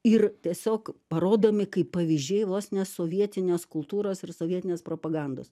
ir tiesiog parodomi kaip pavyzdžiai vos ne sovietinės kultūros ir sovietinės propagandos